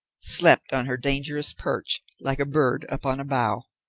slept on her dangerous perch like a bird upon a bough.